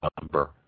number